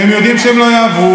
והם יודעים שהם לא יעברו,